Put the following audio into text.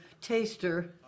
taster